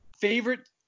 favorite